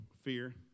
fear